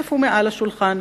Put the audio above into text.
הכסף הוא מעל השולחן.